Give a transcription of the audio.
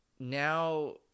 Now